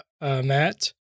Matt